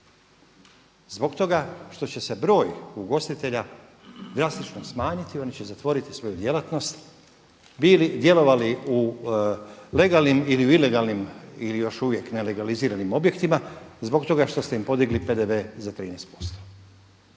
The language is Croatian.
Zbog toga što će se broj ugostitelja drastično smanjiti, oni će zatvoriti svoju djelatnost djelovali u legalnim ili u ilegalnim ili još uvijek nelegaliziranim objektima zbog toga što ste im podigli PDV za 13%.